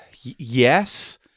Yes